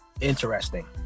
Interesting